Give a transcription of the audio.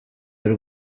y’u